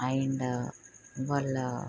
and వాళ్ళ